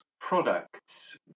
products